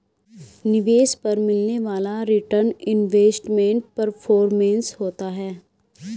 निवेश पर मिलने वाला रीटर्न इन्वेस्टमेंट परफॉरमेंस होता है